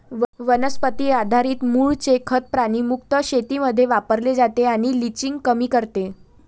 वनस्पती आधारित मूळचे खत प्राणी मुक्त शेतीमध्ये वापरले जाते आणि लिचिंग कमी करते